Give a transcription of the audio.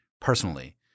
personally